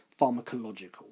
Pharmacological